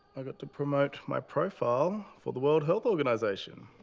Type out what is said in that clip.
i got to promote my profile for the world health organization.